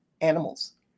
animals